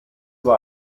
war